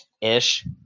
Ish